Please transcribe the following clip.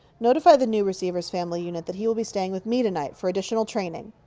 notify the new receiver's family unit that he will be staying with me tonight, for additional training.